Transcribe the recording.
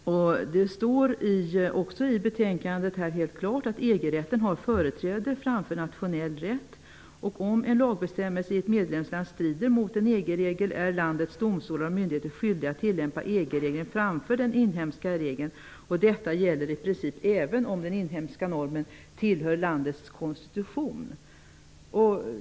I betänkandet står att EG-rätten har företräde framför nationell rätt. Om en lagbestämmelse i ett medlemsland strider mot en EG-regel är landets domstolar och myndigheter skyldiga att tillämpa EG-regeln framför den inhemska regeln. Detta gäller i princip även om den inhemska normen tillhör landets konstitution.